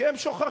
כי הם שוכחים.